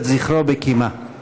חברי הכנסת, אני מבקש לקום,